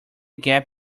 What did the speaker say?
gap